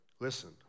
Listen